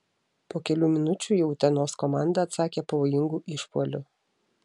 po kelių minučių jau utenos komanda atsakė pavojingu išpuoliu